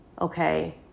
Okay